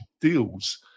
deals